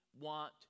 want